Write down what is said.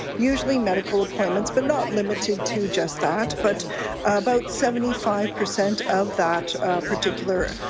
usually medical appointments. but not limited to just that. but about seventy five percent of that particular